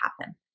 happen